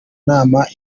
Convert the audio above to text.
nama